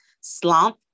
slump